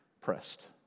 pressed